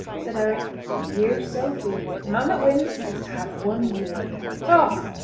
said eric a year so be! the man that wins is to have one year toss!